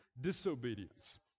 disobedience